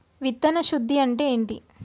విత్తన శుద్ధి అంటే ఏంటి?